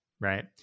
Right